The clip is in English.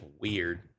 weird